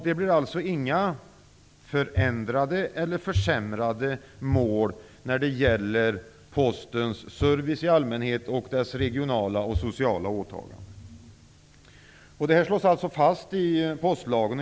Det blir alltså inga förändrade eller försämrade mål när det gäller Postens service allmänhet och dess regionala och sociala åtaganden. Detta slås alltså fast i postlagen.